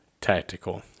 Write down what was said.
Tactical